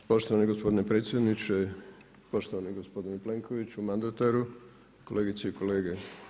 Poštovani gospodine predsjedniče, poštovani gospodine Plenkoviću, mandataru, kolegice i kolege.